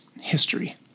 history